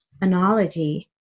analogy